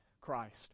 Christ